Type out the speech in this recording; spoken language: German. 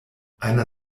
einer